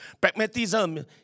Pragmatism